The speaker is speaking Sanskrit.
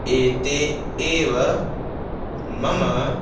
एते एव मम